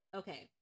okay